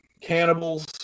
cannibals